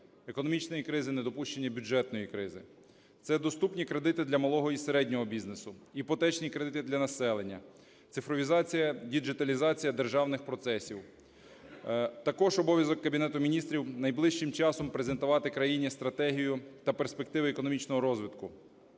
економічної кризи і недопущення бюджетної кризи. Це доступні кредити для малого і середнього бізнесу, іпотечні кредити для населення, цифровізація, діджиталізація державних процесів. Також обов'язок Кабінету Міністрів – найближчим часом презентувати країні стратегію та перспективи економічного розвитку